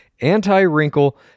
anti-wrinkle